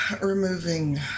removing